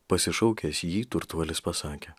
pasišaukęs jį turtuolis pasakė